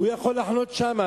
הוא יכול לחנות שם.